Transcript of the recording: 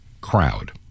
crowd